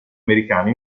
americano